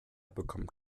bekommt